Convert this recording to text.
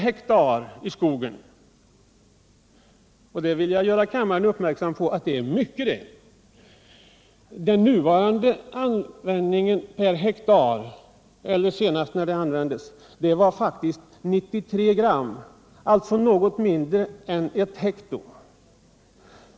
Det är mycket det — det vill jag göra kammaren uppmärksam på. Senast DDT användes var motsvarande siffra för skogen 93 g/ha, alltså något mindre än ett hekto.